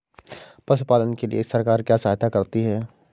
पशु पालन के लिए सरकार क्या सहायता करती है?